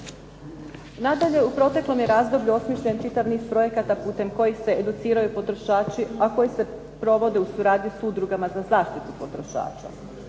Nadalje, u proteklom je razdoblju osmišljen čitav niz projekata putem kojih se educiraju potrošači, a koji se provode u suradnji s udrugama za zaštitu potrošača,